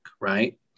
Right